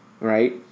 right